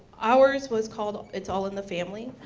ours was called, it's all in the family.